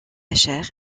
chair